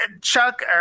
Chuck